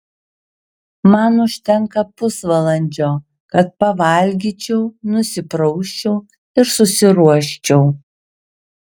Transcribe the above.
man užtenka pusvalandžio kad pavalgyčiau nusiprausčiau ir susiruoščiau